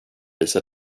visa